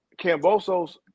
Cambosos